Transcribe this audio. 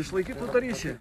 išlaikytų ryšį